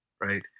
right